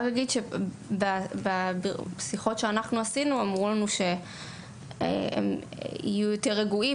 מומחים אמרו לנו שהם יהיו יותר רגועים